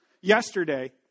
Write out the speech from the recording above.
yesterday